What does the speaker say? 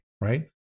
right